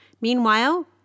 Meanwhile